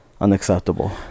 unacceptable